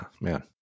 man